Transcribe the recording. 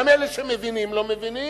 גם אלה שמבינים לא מבינים,